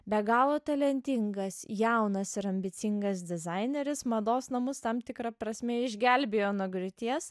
be galo talentingas jaunas ir ambicingas dizaineris mados namus tam tikra prasme išgelbėjo nuo griūties